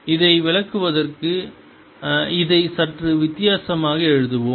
இதை விளக்குவதற்கு இதை சற்று வித்தியாசமாக எழுதுவோம்